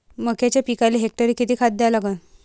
मक्याच्या पिकाले हेक्टरी किती खात द्या लागन?